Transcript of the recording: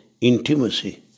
intimacy